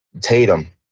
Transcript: Tatum